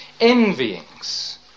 envyings